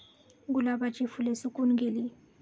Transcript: गुलाबाची फुले सुकून गेली